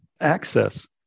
access